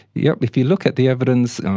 yes, if you look at the evidence,